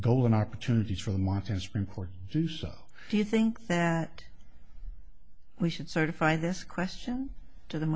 golden opportunities from what his reports do so do you think that we should certify this question to the